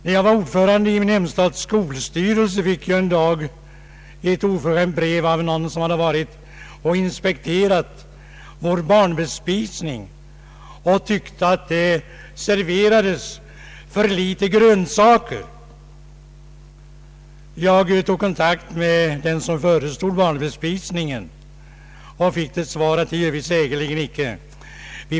När jag var ordförande i min hemstads skolstyrelse fick jag en dag ett oförskämt brev från någon som hade inspekterat vår skolbespisning och tyckte att det serverades för litet grönsaker. Jag tog kontakt med den som förestod skolbespisningen och fick veta, att så var säkerligen inte fallet.